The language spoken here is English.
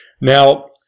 Now